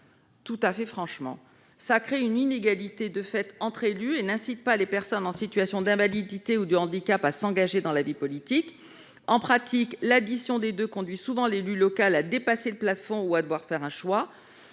supprimée. Franchement, cela crée une inégalité de fait entre élus et n'incite pas les personnes en situation d'invalidité ou du handicap à s'engager dans la vie politique. En pratique, l'addition des deux ressources conduit souvent l'élu local à dépasser le plafond ou à devoir faire un choix.